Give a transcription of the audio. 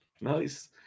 Nice